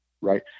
right